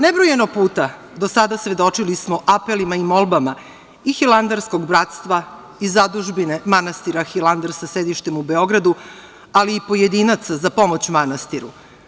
Nebrojano puta do sada svedočili smo apelima i molbama i hilandarskog bratstva i Zadužbine manastira Hilandar sa sedištem u Beogradu, ali i pojedinaca za pomoć manastiru.